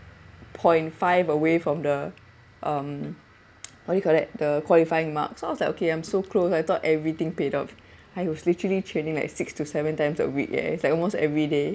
point five away from the um what you call that the qualifying marks I was like okay I'm so close I thought everything paid off I was literally training like six to seven times a week eh it's like almost every day